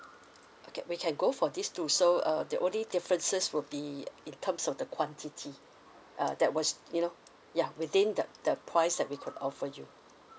okay we can go for these two so uh the only differences would be in terms of the quantity uh that was you know ya within the the price that we could offer you